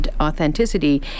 authenticity